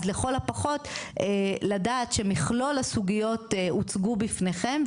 אז לכל הפחות לדעת שמכלול הסוגיות הוצגו בפניכם,